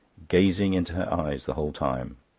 gazing into her eyes the whole time.